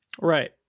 Right